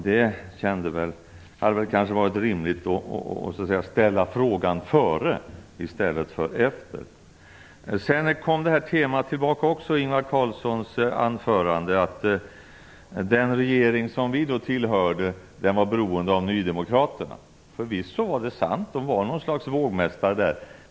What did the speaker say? Det hade kanske varit rimligt att ställa frågan före i stället för efter. I Ingvar Carlssons anförande kom temat tillbaka att den regering som vi tillhörde var beroende av Nydemokraterna. Förvisso är det sant. De var ett slags vågmästare.